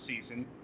season